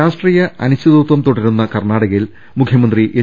രാഷ്ട്രീയ അനിശ്ചിതത്വം തൂടരുന്ന കർണ്ണാടകയിൽ മുഖ്യമന്ത്രി എച്ച്